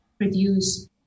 produce